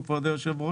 ובמקום אחר